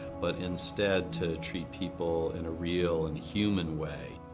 but instead to treat people in a real and human way.